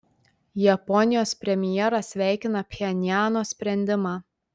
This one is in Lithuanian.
japonijos premjeras sveikina pchenjano sprendimą